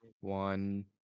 one